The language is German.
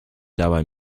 dabei